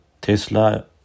Tesla